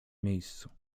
miejscu